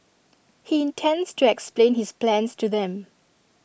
he intends to explain his plans to them